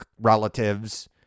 relatives